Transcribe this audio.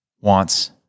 wants